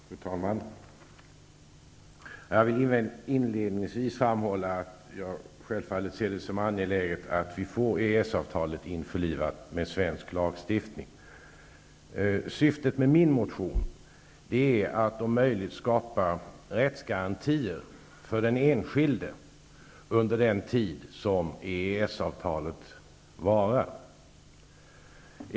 Fru talman! Jag vill inledningsvis framhålla att jag självfallet ser det som angeläget att vi får EES avtalet införlivat med svensk lagstiftning. Syftet med min motion är att om möjligt skapa rättsgarantier för den enskilde under den tid som EES-avtalet varar.